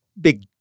big